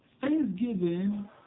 thanksgiving